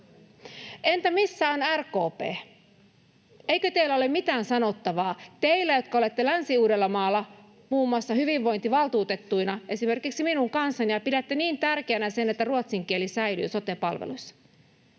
Entä missä on RKP? Eikö teillä ole mitään sanottavaa, teillä, jotka olette Länsi-Uudellamaalla muun muassa hyvinvointivaltuutettuina esimerkiksi minun kanssani ja pidätte niin tärkeänä sitä, että ruotsin kieli säilyy sote-palveluissa?